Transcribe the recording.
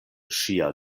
ŝia